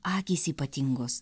akys ypatingos